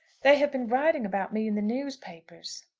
they have been writing about me in the newspapers.